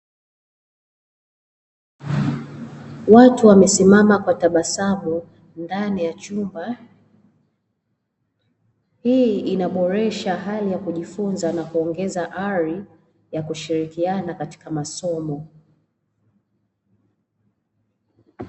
Watu wamesimama kwa tabasamu ndani ya chumba. Hii inaboresha hali ya kujifunza na kuongeza ari ya kushirikiana katika masomo.